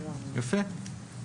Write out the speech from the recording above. יפה.